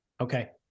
Okay